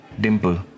Dimple